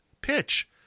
pitch